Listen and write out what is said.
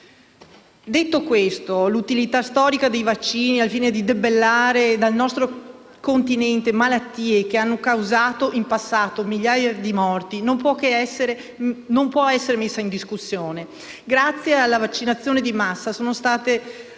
e infantile. L'utilità storica dei vaccini al fine di debellare dal nostro continente malattie che hanno causato in passato migliaia di morti non può essere messa in discussione. Grazie alla vaccinazione di massa sono state